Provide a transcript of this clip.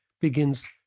Begins